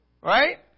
right